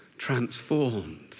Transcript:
transformed